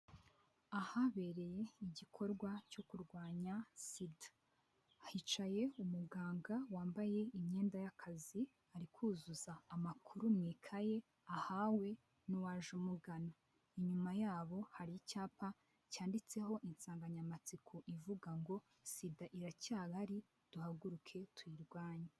Ahabereye igikorwa cyo kurwanya SIDA, hicaye umuganga wambaye imyenda y'akazi ari kuzuza amakuru mu ikaye ahawe n'uwaje umugana, inyuma yabo hari icyapa cyanditseho insanganyamatsiko ivuga ngo ''SIDA iracyahari duhaguruke tuyirwanye''.